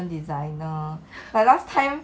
我会想要做一点 artistic 的 work